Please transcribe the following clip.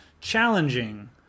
challenging